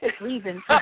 leaving